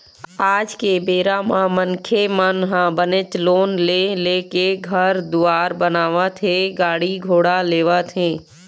आज के बेरा म मनखे मन ह बनेच लोन ले लेके घर दुवार बनावत हे गाड़ी घोड़ा लेवत हें